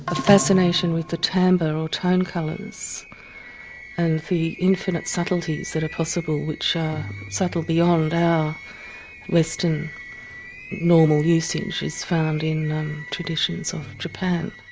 ah fascination with the timbre or tone colours and the infinite subtleties that are possible which are subtle beyond our western normal usage is found in traditions of japan.